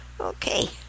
Okay